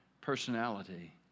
personality